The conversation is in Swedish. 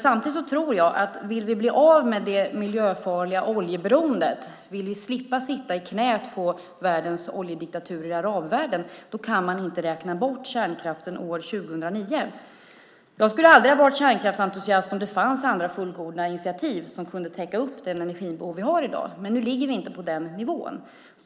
Samtidigt tror jag att om vi vill bli av med det miljöfarliga oljeberoendet och slippa sitta i knäet på världens oljediktaturer i arabvärlden kan man inte räkna bort kärnkraften år 2009. Jag skulle aldrig vara kärnkraftsentusiast om det fanns andra fullgoda alternativ som kunde täcka upp det energibehov vi har i dag. Men nu ligger vi inte på den nivån.